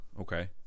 okay